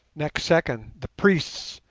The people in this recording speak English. next second, the priests,